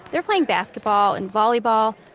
they're playing basketball and volleyball.